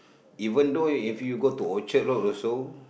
even though you go to Orchard Road also